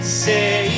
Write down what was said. say